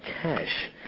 cash